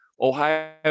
Ohio